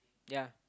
ya